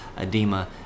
edema